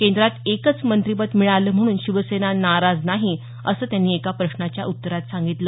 केंद्रात एकच मंत्रिपद मिळालं म्हणून शिवसेना नाराज नाही असं त्यांनी एका प्रश्नाच्या उत्तरात सांगितलं